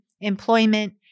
Employment